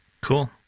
Cool